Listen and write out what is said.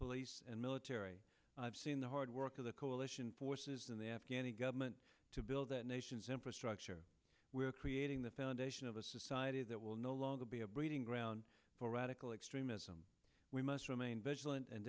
police and military i've seen the hard work of the coalition forces and the afghan government to build that nation's infrastructure we are creating the foundation of a society that will no longer be a breeding ground for radical extremism we must remain vigilant and